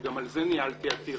וגם על זה ניהלתי עתירה,